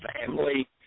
family